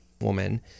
woman